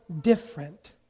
different